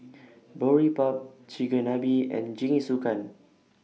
Boribap Chigenabe and Jingisukan